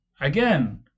Again